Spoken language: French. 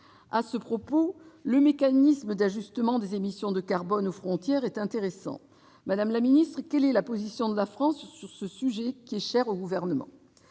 À ce propos, le mécanisme d'ajustement des émissions de carbone aux frontières est intéressant. Quelle est la position de la France sur ce sujet cher au Gouvernement ?